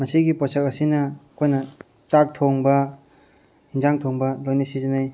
ꯃꯁꯤꯒꯤ ꯄꯣꯠꯁꯛ ꯑꯁꯤꯅ ꯑꯩꯈꯣꯏꯅ ꯆꯥꯛ ꯊꯣꯡꯕ ꯌꯦꯟꯁꯥꯡ ꯊꯣꯡꯕ ꯂꯣꯏꯅ ꯁꯤꯖꯤꯟꯅꯩ